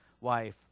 wife